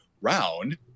Round